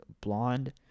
Blonde